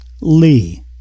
Lee